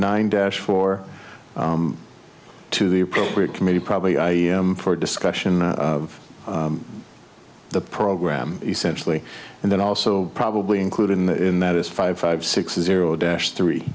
nine dash four to the appropriate committee probably i am for discussion of the program essentially and then also probably include in that is five five six zero dash three